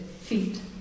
feet